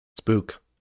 spook